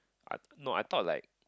I no I thought like